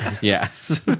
yes